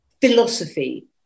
philosophy